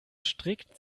strikt